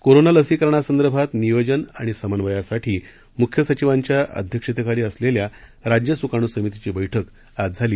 corona लसीकरणासंदर्भात नियोजन आणि समन्वयासाठी मुख्य सचिवांच्या अध्यक्षतेखाली असलेल्या राज्य सुकाणू समितीची बैठक आज झाली